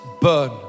burn